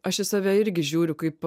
aš į save irgi žiūriu kaip